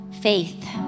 faith